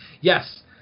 Yes